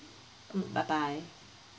mm bye bye